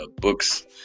books